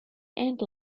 and